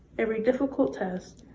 every difficult test.